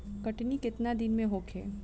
कटनी केतना दिन में होखे?